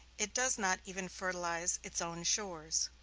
it does not even fertilize its own shores.